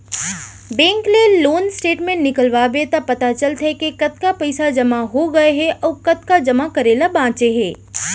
bank ले loan statement निकलवाबे त पता चलथे के कतका पइसा जमा हो गए हे अउ कतका जमा करे ल बांचे हे